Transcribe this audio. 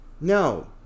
No